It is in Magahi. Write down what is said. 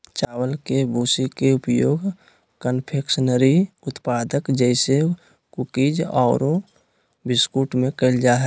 चावल के भूसी के उपयोग कन्फेक्शनरी उत्पाद जैसे कुकीज आरो बिस्कुट में कइल जा है